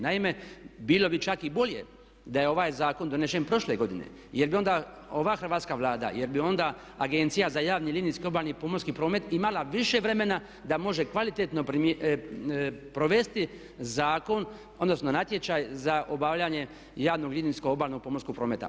Naime, bilo bi čak i bolje da je ovaj zakon donesen prošle godine jer bi onda ova Hrvatska Vlada, jer bi onda Agencija za javni linijski obalni, pomorski promet imala više vremena da može kvalitetno provesti zakon odnosno natječaj za obavljanje javnog linijskog obalnog pomorskog prometa.